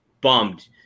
bummed